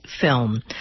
film